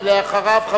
ואחריו,